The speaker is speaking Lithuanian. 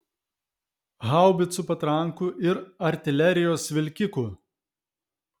haubicų patrankų ir artilerijos vilkikų